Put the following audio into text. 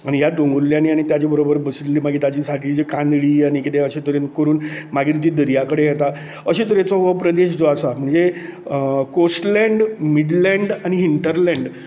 आनी ह्या दोंगुल्ल्यांनी आनी ताच्या बरोबर वशिल्लीं मागीर ताची सायडिचीं कानडी आनी अशें तरेन करून मागीर तीं दर्या कडेन येता अशे तरेचो हो प्रदेश जो आसा म्हणजे कोस्टलँड मिडलँड आनी हिंटरलँड